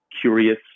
curious